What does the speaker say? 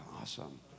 Awesome